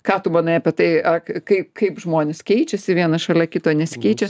ką tu manai apie tai ak kai kaip žmonės keičiasi vienas šalia kito nesikeičia